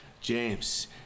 James